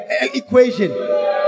equation